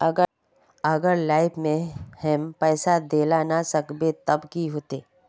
अगर लाइफ में हैम पैसा दे ला ना सकबे तब की होते?